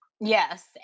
Yes